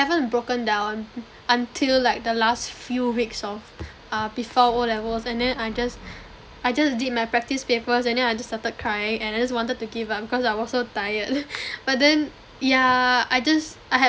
broken down until like the last few weeks of err before O levels and then I just I just did my practice papers and then I just started crying and I just wanted to give up because I was so tired but then yeah I just I have